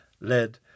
led